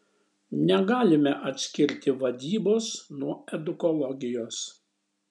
negalime atskirti vadybos nuo edukologijos